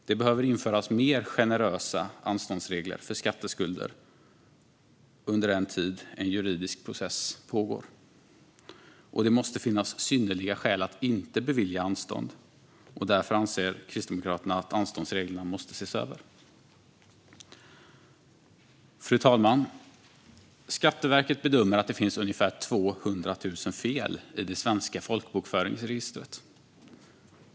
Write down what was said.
Det behöver införas mer generösa anståndsregler för skatteskulder under den tid en juridisk process pågår. Det måste finnas synnerliga skäl att inte bevilja anstånd, och därför anser Kristdemokraterna att anståndsreglerna måste ses över. Fru talman! Skatteverket bedömer att det finns ungefär 200 000 fel i det svenska folkbokföringsregistret.